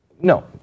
no